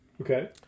Okay